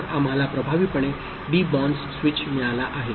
तर आम्हाला प्रभावीपणे डेबॉन्स स्विच मिळाला आहे